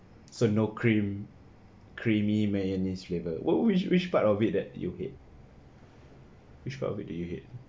so no cream creamy mayonnaise flavoured what which which part of it that you hate which part of it that you hate